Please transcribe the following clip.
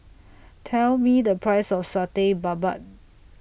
Tell Me The Price of Satay Babat